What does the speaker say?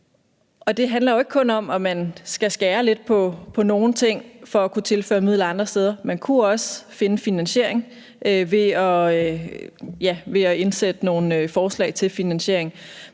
Det handler jo ikke kun om, om man skal skære lidt på nogle ting for at kunne tilføre midler andre steder. Man kunne også finde finansiering ved at indsætte nogle forslag til finansiering.